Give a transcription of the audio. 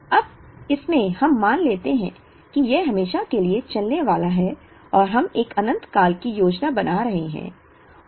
अब इसमें हम मान लेते हैं कि यह हमेशा के लिए चलने वाला है और हम एक अनंत काल की योजना बना रहे हैं